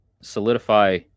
solidify